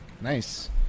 Nice